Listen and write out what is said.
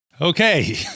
Okay